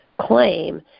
claim